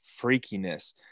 freakiness